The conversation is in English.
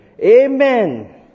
Amen